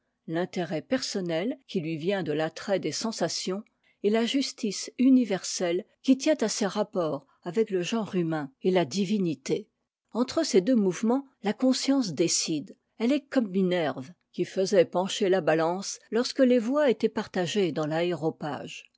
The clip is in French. l'intérêt personnel qui lui vient de l'attrait des sensations et la justice universelle qui tient à ses rapports avec le genre humain et la divinité entre ces deux mouvements la conscience décide elle est comme minerve qui faisait pencher la balance lorsque les voix étaient partagées dans